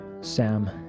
Sam